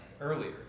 earlier